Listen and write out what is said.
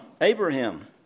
Abraham